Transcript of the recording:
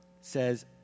says